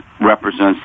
represents